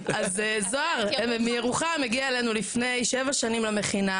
זוהר מירוחם הגיעה אלינו לפני שבע שנים למכינה,